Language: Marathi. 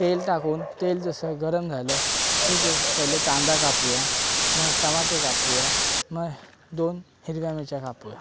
तेल टाकून तेल जसं गरम झालं ठीके पहिले कांदा कापू या मग टमाटे कापूया मग दोन हिरव्या मिरच्या कापूया